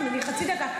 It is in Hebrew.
למה בעמידה.